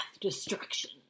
destruction